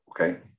okay